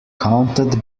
counted